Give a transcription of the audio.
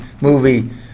movie